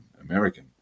American